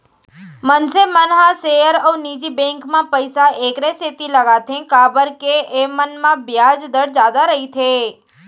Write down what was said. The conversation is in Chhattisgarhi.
मनसे मन ह सेयर अउ निजी बेंक म पइसा एकरे सेती लगाथें काबर के एमन म बियाज दर जादा रइथे